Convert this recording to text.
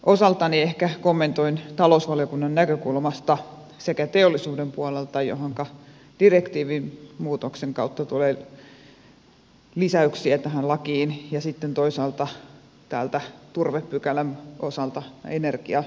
osaltani ehkä kommentoin talousvaliokunnan näkökulmasta sekä teollisuuden puolelta johonka direktiivimuutoksen kautta tulee lisäyksiä tähän lakiin ja sitten toisaalta turvepykälän osalta energianäkökulmasta